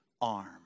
arm